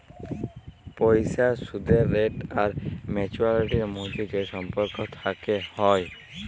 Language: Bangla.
পইসার সুদের রেট আর ম্যাচুয়ারিটির ম্যধে যে সম্পর্ক থ্যাকে হ্যয়